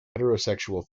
heterosexual